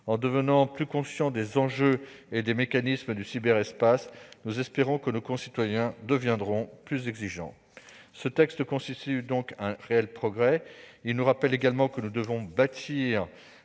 En devenant plus conscients des enjeux et des mécanismes du cyberespace, nous espérons que nos concitoyens deviendront plus exigeants. Ce texte constitue donc un réel progrès. Il nous rappelle également que nous devons bâtir